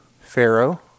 Pharaoh